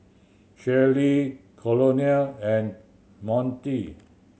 Shirlie Colonel and Monty